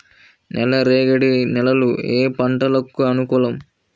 నల్లరేగడి నేలలు ఏ పంటలకు అనుకూలం?